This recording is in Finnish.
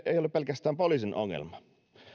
ei ole pelkästään poliisin ongelma